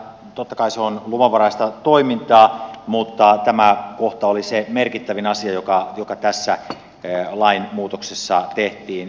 totta kai se on luvanvaraista toimintaa mutta tämä kohta oli se merkittävin asia joka tässä lainmuutoksessa tehtiin